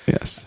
Yes